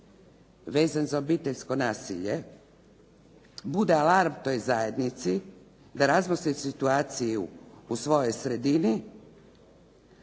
vezan za obiteljsko nasilje bude alarm toj zajednici da razmotri situaciju u svojoj sredini,